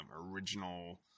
original